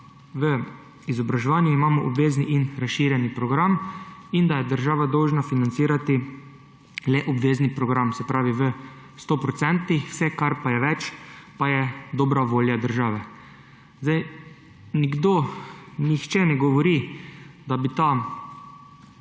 v izobraževanju obvezni in razširjeni program, in da je država dolžna financirati le obvezni program, se pravi v 100 %, vse kar je pa več, pa je dobra volja države. Nihče ne govori, da bi